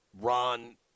Ron